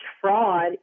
fraud